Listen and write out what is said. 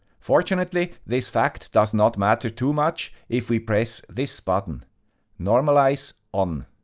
fortunately, this fact does not matter too much if we press this button normalize on.